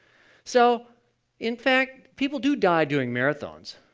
so in fact, people do die during marathons,